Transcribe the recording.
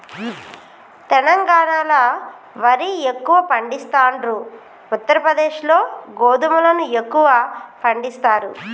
తెలంగాణాల వరి ఎక్కువ పండిస్తాండ్రు, ఉత్తర ప్రదేశ్ లో గోధుమలను ఎక్కువ పండిస్తారు